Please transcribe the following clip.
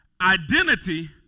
Identity